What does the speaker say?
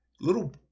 Little